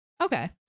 Okay